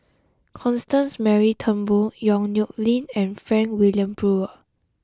Constance Mary Turnbull Yong Nyuk Lin and Frank Wilmin Brewer